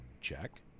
check